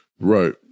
Right